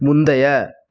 முந்தைய